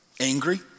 angry